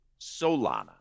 Solana